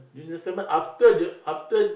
new testament after the after